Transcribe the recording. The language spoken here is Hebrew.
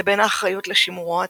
לבין האחריות לשימורו העתידי.